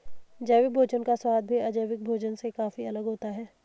जैविक भोजन का स्वाद भी अजैविक भोजन से काफी अलग होता है